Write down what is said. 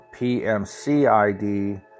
PMCID